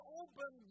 open